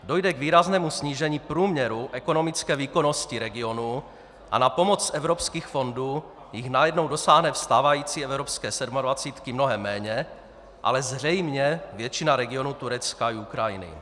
Dojde k výraznému snížení průměru ekonomické výkonnosti regionů a na pomoc evropských fondů jich najednou dosáhne ze stávající evropské sedmadvacítky mnohem méně, ale zřejmě většina regionů Turecka i Ukrajiny.